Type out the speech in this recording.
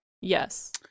Yes